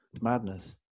madness